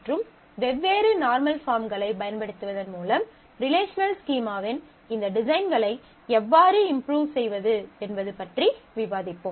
மற்றும் வெவ்வேறு நார்மல் பார்ம்களைப் பயன்படுத்துவதன் மூலம் ரிலேஷனல் ஸ்கீமாக்களின் இந்த டிசைன்களை எவ்வாறு இம்ப்ரூவ் செய்வது என்பது பற்றி விவாதிப்போம்